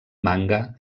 manga